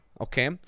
okay